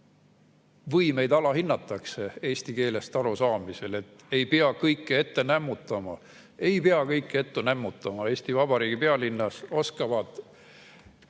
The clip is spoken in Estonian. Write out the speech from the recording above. võimeid alahinnatakse eesti keelest arusaamisel. Ei pea kõike ette nämmutama. Ei pea kõike ette nämmutama! Eesti Vabariigi pealinnas oskavad